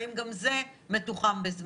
והאם גם זה מתוחם בזמן?